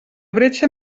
bretxa